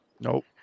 Nope